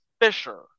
Fisher